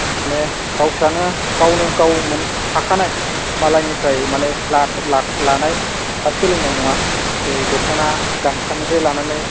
माने गावस्रानो गावनो गाव थाखानाय मालायनिफ्राय माने लाथ' लानाय बा सोलोंनाय नङा बे द'खना गामसानिफ्राय लानानै